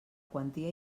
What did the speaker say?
quantia